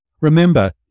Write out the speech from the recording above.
Remember